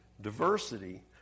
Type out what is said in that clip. diversity